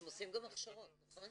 אתם עושים גם הכשרות, נכון?